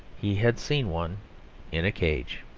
he had seen one in a cage.